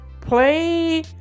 play